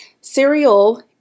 cereal